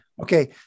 Okay